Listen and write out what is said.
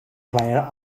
player